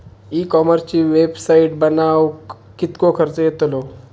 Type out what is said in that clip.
E कॉमर्सची website बनवक किततो खर्च येतलो?